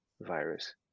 virus